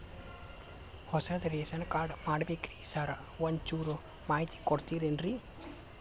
ಹೊಸದ್ ration card ಮಾಡ್ಬೇಕ್ರಿ sir ಒಂಚೂರ್ ಮಾಹಿತಿ ಕೊಡ್ತೇರೆನ್ರಿ?